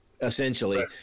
essentially